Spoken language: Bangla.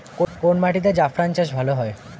কোন মাটিতে জাফরান চাষ ভালো হয়?